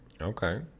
Okay